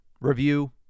review